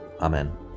Amen